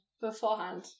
beforehand